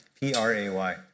P-R-A-Y